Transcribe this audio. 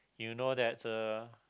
you know that the